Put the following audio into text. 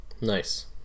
Nice